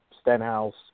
Stenhouse